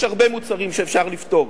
יש הרבה מוצרים שאפשר לפטור.